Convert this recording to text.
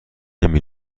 نمی